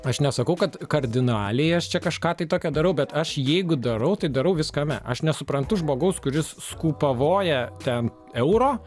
aš nesakau kad kardinaliai aš čia kažką tai tokio darau bet aš jeigu darau tai darau viskame aš nesuprantu žmogaus kuris skupavoja ten euro